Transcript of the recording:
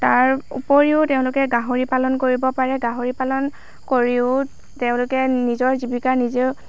তাৰ উপৰিও তেওঁলোকে গাহৰি পালন কৰিব পাৰে গাহৰি পালন কৰিও তেওঁলোকে নিজৰ জীৱিকা নিজে